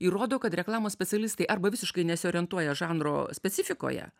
įrodo kad reklamos specialistai arba visiškai nesiorientuoja žanro specifikoje